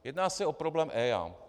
Jedná se o problém EIA.